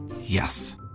Yes